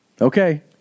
Okay